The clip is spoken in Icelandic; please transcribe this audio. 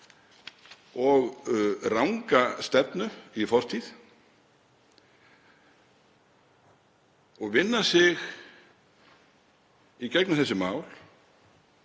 og ranga stefnu í fortíð og vinna sig í gegnum þessi mál